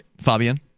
Fabian